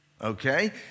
Okay